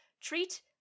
Treat